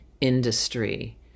industry